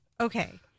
Okay